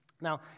Now